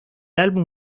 álbum